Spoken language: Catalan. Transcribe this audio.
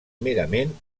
merament